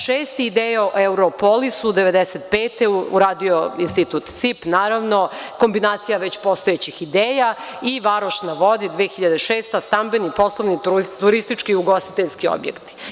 Šesti, ideja o „Europolisu“ 1995. godine, uradio Institut CIP, naravno, kombinacija već postojećih ideja i „Varoš na vodi“ 2006. godine, stambeni, poslovni, turistički i ugostiteljski objekti.